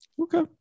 Okay